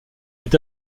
est